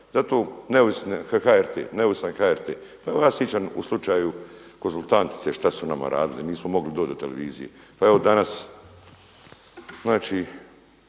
Zašto? Zato HRT, neovisan HRT. Pa evo ja se sičam u slučaju konzultantice šta su nama radili. Nismo mogli doć do televizije. Pa evo danas, znači